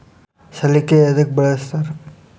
ಸಲಿಕೆ ಯದಕ್ ಬಳಸ್ತಾರ?